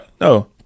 No